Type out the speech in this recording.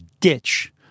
ditch